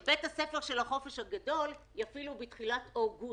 את בית הספר של החופש הגדול יפעילו בתחילת אוגוסט.